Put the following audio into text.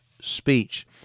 speech